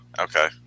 okay